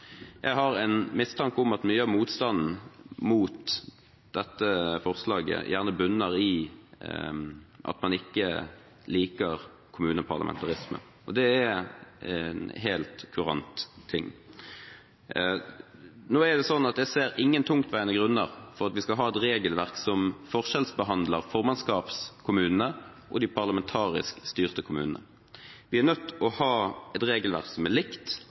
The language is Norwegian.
Jeg har en mistanke om at mye av motstanden mot dette forslaget gjerne bunner i at man ikke liker kommuneparlamentarisme, og det er en helt kurant ting. Nå er det sånn at jeg ser ingen tungtveiende grunner for at vi skal ha et regelverk som forskjellsbehandler formannskapskommunene og de parlamentarisk styrte kommunene. Vi er nødt til å ha et regelverk som er likt,